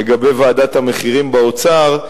לגבי ועדת המחירים באוצר,